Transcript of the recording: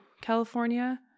California